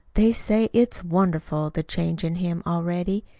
they say it's wonderful, the change in him already.